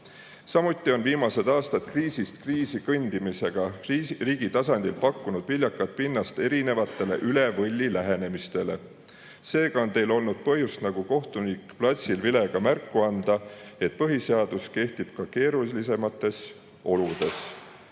Samuti on viimased aastad kriisist kriisi kõndimine riigi tasandil pakkunud viljakat pinnast erinevatele üle võlli lähenemistele. Seega on teil olnud põhjust nagu kohtunik platsil vilega märku anda, et põhiseadus kehtib ka keerulisemates oludes.